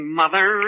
mother